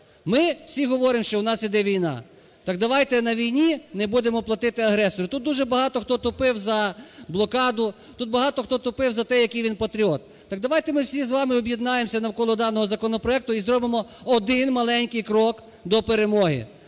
Ми всі говоримо, що у нас йде війна, так давайте на війні не будемо платити агресору. Тут дуже багато, хто топив за блокаду, тут багато, хто топив за те, який він патріот. Так давайте ми всі з вами об'єднаємося навколо даного законопроекту і зробимо один маленький крок до перемоги.